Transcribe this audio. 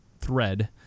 thread